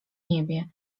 niebie